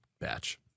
batch